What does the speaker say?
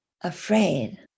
afraid